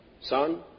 son